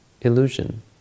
illusion